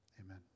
Amen